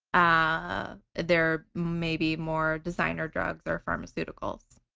ah there may be more designer drugs or pharmaceuticals.